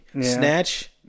Snatch